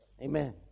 Amen